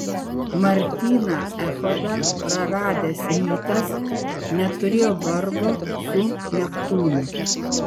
martyną echodą praradęs rytas neturėjo vargo su neptūnu